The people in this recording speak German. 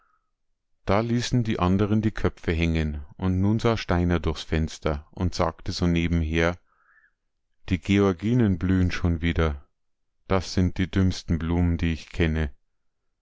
da ließen die anderen die köpfe hängen und nun sah steiner durchs fenster und sagte so nebenher die georginen blühen schon wieder das sind die dümmsten blumen die ich kenne